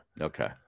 Okay